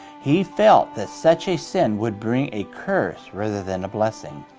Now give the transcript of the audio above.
he felt that such a sin would bring a curse rather than a blessing.